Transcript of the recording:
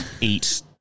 eat